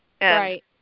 Right